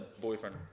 boyfriend